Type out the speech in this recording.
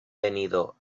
venido